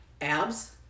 abs